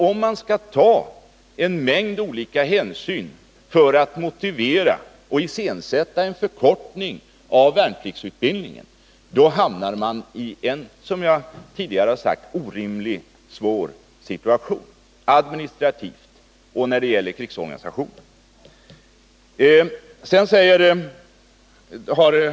Om man skall ta en mängd olika hänsyn för att motivera och iscensätta en förkortning av värnpliktsutbildningen, hamnar man, som jag tidigare har sagt, i en orimligt svår situation både administrativt och när det gäller såväl fredssom krigsorganisationen.